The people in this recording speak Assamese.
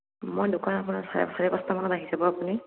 মই দোকান আপোনাৰ চাৰে চাৰে পাঁচটা মানত আহি যাব আপুনি